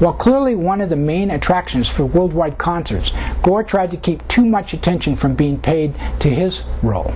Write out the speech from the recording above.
well clearly one of the main attractions for worldwide concerts tried to keep too much attention from being paid to his role